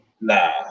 nah